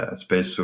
spacesuit